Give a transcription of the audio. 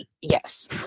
Yes